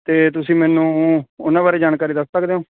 ਅਤੇ ਤੁਸੀਂ ਮੈਨੂੰ ਉਹਨਾਂ ਬਾਰੇ ਜਾਣਕਾਰੀ ਦੱਸ ਸਕਦੇ ਹੋ